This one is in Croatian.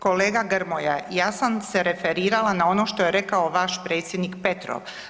Kolega Grmoja, ja sam se referirala na ono što je rekao vaš predsjednik Petrov.